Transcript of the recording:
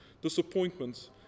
disappointments